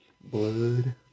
blood